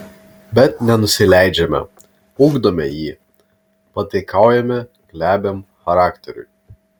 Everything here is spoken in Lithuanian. bet nenusileidžiame ugdome jį pataikaujame glebiam charakteriui